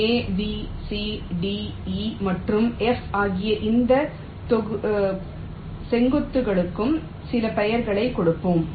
A B C D E மற்றும் F ஆகிய இந்த செங்குத்துகளுக்கும் சில பெயர்களைக் கொடுப்போம்